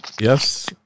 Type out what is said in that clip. Yes